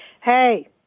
Hey